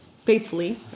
faithfully